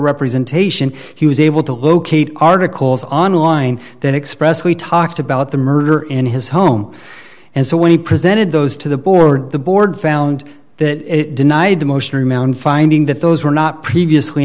representation he was able to locate articles online that express we talked about the murder in his home and so when he presented those to the board the board found that it denied the motion finding that those were not previously